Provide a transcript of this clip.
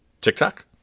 TikTok